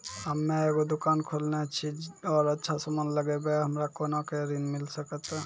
हम्मे एगो दुकान खोलने छी और समान लगैबै हमरा कोना के ऋण मिल सकत?